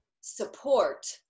support